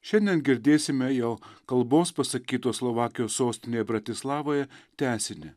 šiandien girdėsime jo kalbos pasakytos slovakijos sostinėje bratislavoje tęsinį